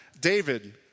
David